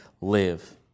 live